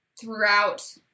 throughout